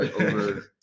over